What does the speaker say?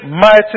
mighty